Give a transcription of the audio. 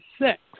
six